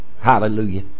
Hallelujah